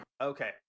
Okay